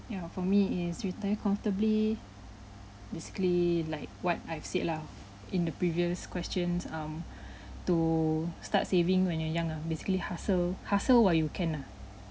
ya for me is retire comfortably basically like what I've said lah in the previous questions um to start saving when you're young ah basically hustle hustle while you can ah